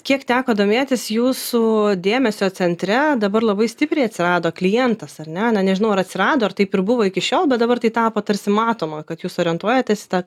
kiek teko domėtis jūsų dėmesio centre dabar labai stipriai atsirado klientas ar ne na nežinau ar atsirado ar taip ir buvo iki šiol bet dabar tai tapo tarsi matoma kad jūs orientuojatės į tą